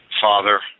Father